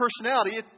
personality